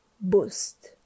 boost